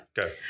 Go